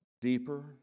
deeper